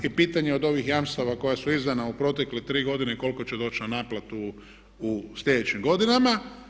I pitanje je od ovih jamstava koja su izdana u protekle 3 godine koliko će doći na naplatu u sljedećim godinama.